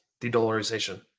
de-dollarization